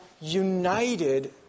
united